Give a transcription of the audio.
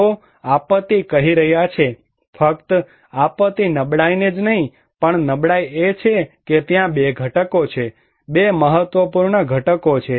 તેઓ આપત્તિ કહી રહ્યા છે ફક્ત આપત્તિ નબળાઈને જ નહીં પણ નબળાઈ એ છે કે ત્યાં બે ઘટકો છે બે મહત્વપૂર્ણ ઘટકો છે